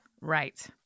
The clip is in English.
Right